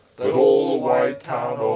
but, all the wide town o'er,